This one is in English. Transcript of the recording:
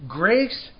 grace